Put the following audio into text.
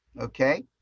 okay